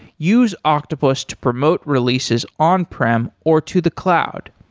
use octopus to promote releases on prem or to the cloud.